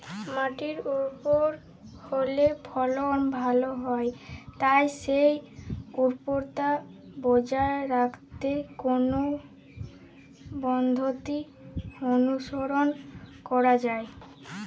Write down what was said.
মাটি উর্বর হলে ফলন ভালো হয় তাই সেই উর্বরতা বজায় রাখতে কোন পদ্ধতি অনুসরণ করা যায়?